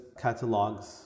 catalogs